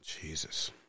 Jesus